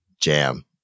jam